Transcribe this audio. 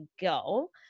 go